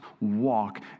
walk